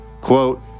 quote